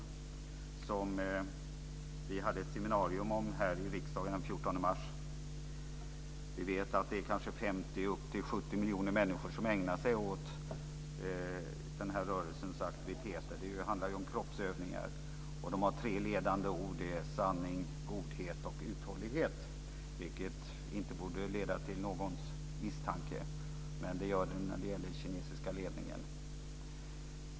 Den 14 mars hölls ett seminarium i riksdagen. Vi vet att det är 50-70 miljoner människor som ägnar sig åt den rörelsens aktiviteter. Det handlar om kroppsövningar. Det finns tre ledande ord - sanning, godhet och uthållighet. De borde inte leda till någons misstanke, men det gör de när det gäller den kinesiska ledningen.